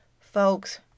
Folks